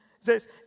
says